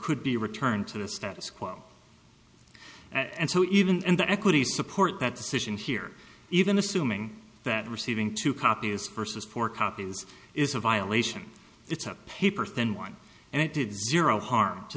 could be returned to the status quo and so even in the equity support that decision here even assuming that receiving two copies versus four copies is a violation it's a paper thin one and it did zero harm to